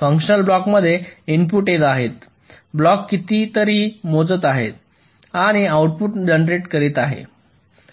function ब्लॉकमध्ये input येत आहेत ब्लॉक काहीतरी मोजत आहे आणि आउटपुट जनरेट करीत आहे